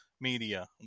media